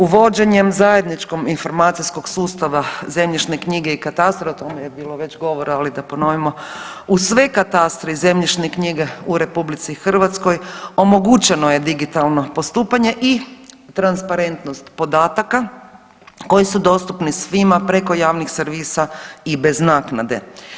Uvođenjem zajedničkog informacijskog sustava zemljišne knjige i katastra, o tome je bilo već govora, ali da ponovimo u sve katastre i zemljišne knjige u RH omogućeno je digitalno postupanje i transparentnost podataka koji su dostupni svima preko javnih servisa i bez naknade.